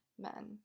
men